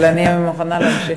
אבל אני מוכנה להמשיך,